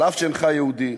אף שאינך יהודי,